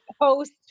host